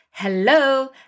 hello